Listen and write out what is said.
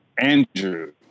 Andrew